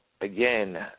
again